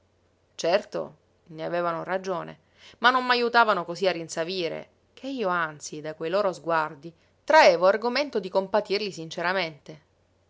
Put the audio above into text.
certo ne avevano ragione ma non m'ajutavano così a rinsavire ché io anzi da quei loro sguardi traevo argomento di compatirli sinceramente